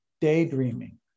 daydreaming